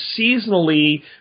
seasonally